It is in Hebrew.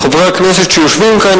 חברי הכנסת שיושבים כאן,